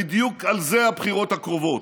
בדיוק על זה הבחירות הקרובות,